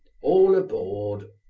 all aboard!